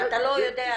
מה, אתה לא יודע את זה?